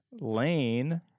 lane